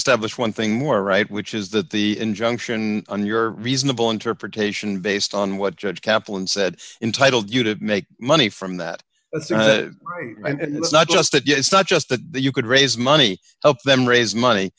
establish one thing more right which is that the injunction in your reasonable interpretation based on what judge kaplan said entitle you to make money from that and it's not just that yes not just that you could raise money help them raise money